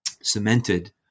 cemented